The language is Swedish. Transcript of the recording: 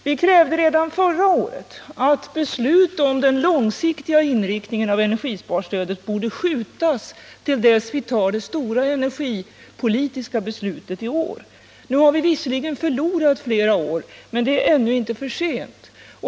Vi krävde redan förra året att beslut om den långsiktiga inriktningen av energisparstödet skulle skjutas upp till dess att vi tar det stora energipolitiska beslutet. Nu har vi visserligen förlorat flera år, men det är ännu inte för sent.